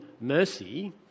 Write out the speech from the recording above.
mercy